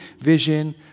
vision